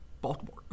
Baltimore